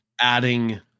adding